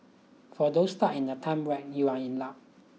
for those stuck in a time wrap you are in luck